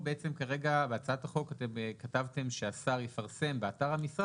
בהצעת החוק אתם כתבתם שהשר יפרסם באתר המשרד